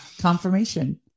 Confirmation